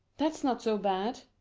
that's not so bad.